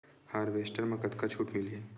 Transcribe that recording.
Harvester म कतका छूट मिलही?